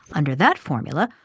under that formula,